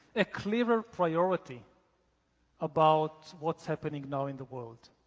a clearer priority about what's happening now in the world.